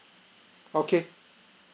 okay